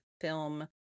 film